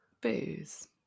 booze